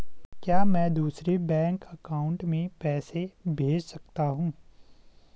क्या मैं दूसरे बैंक अकाउंट में पैसे भेज सकता हूँ?